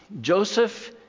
Joseph